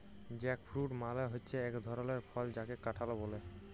jackfruit মালে হচ্যে এক ধরলের ফল যাকে কাঁঠাল ব্যলে